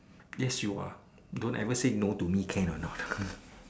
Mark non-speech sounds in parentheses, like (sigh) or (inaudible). yes you are don't ever say no to me can or not (noise)